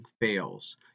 fails